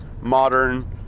modern